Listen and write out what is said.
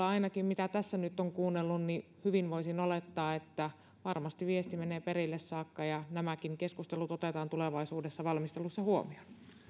ainakin mitä tässä nyt olen kuunnellut hyvin voisin olettaa että varmasti viesti menee perille saakka ja nämäkin keskustelut otetaan tulevaisuudessa valmistelussa huomioon